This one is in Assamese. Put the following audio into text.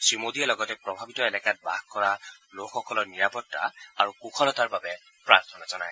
শ্ৰীমোদীয়ে লগতে প্ৰভাৱিত এলেকাত বসবাস কৰা লোকসকলৰ নিৰাপত্তা আৰু কুশলতাৰ বাবে প্ৰাৰ্থনা জনায়